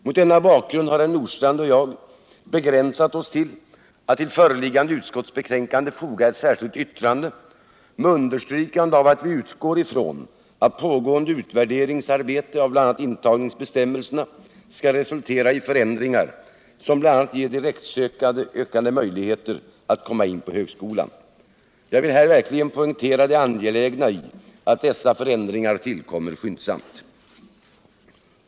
Mot denna bakgrund har herr Nordstrandh och jag begränsat oss till att till föreliggande utskottsbetänkande foga ett särskilt yttrande med understrykande av att vi utgår från att pågående utvärderingsarbete av bl.a. intagningsbestämmelserna skall resultera i förändringar som bl.a. ger direktsökande ökade möjligheter att komma in på högskolan. Jag vill här verkligen poängtera det angelägna i att dessa förändringar tillkommer skyndsamt.